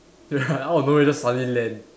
ya out of nowhere just suddenly land